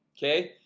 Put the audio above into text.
okay.